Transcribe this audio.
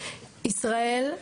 ישראל,